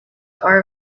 are